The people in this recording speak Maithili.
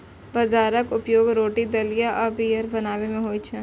बाजराक उपयोग रोटी, दलिया आ बीयर बनाबै मे होइ छै